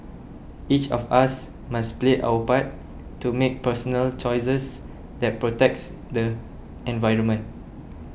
each of us must play our part to make personal choices that protect the environment